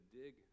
dig